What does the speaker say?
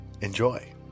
enjoy